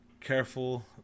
careful